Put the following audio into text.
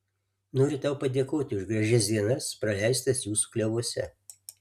noriu tau padėkoti už gražias dienas praleistas jūsų klevuose